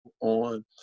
on